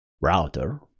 router